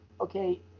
okay